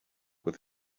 with